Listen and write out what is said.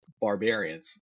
barbarians